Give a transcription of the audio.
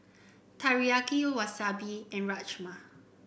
Teriyaki Wasabi and Rajma